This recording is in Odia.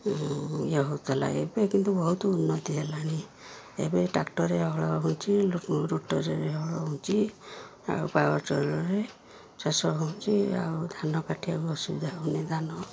ଇଏ ହଉଥିଲା ଏବେ କିନ୍ତୁ ବହୁତ ଉନ୍ନତି ହେଲାଣି ଏବେ ଟ୍ରାକ୍ଟରରେ ହଳ ହେଉଛି ରୁଟରରେ ହଳ ହେଉଛି ଆଉ ପାୱାର ଟିଲରରେ ଚାଷ ହେଉଛି ଆଉ ଧାନ କାଟିବାକୁ ଅସୁବିଧା ହେଉନି ଧାନ